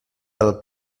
del